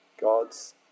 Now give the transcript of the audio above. God's